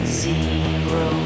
zero